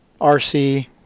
rc